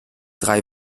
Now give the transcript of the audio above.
drei